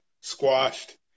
squashed